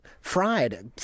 fried